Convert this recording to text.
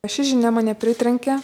ši žinia mane pritrenkė